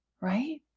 Right